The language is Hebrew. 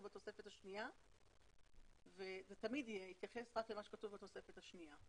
בתוספת השנייה ותמיד זה יתייחס רק למה שכתוב בתוספת השנייה.